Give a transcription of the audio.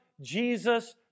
Jesus